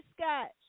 Scott